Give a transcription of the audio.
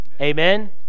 Amen